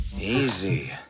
Easy